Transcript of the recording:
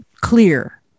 clear